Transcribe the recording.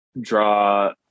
draw